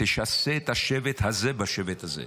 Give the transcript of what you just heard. תשסה את השבט הזה בשבט הזה.